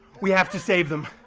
we have to save them.